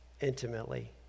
intimately